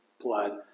blood